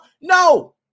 No